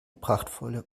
prachtvolle